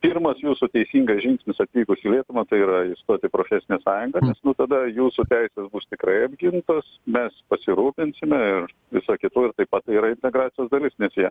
pirmas jūsų teisingas žingsnis atvykus į lietuvą tai yra įstoti į profesinę sąjungą nes nu tada jūsų teisės bus tikrai apgintos mes pasirūpinsime ir visu kitu ir taip pat tai yra integracijos dalis nes jie